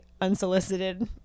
unsolicited